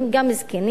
גם זקנים,